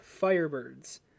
Firebirds